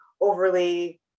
overly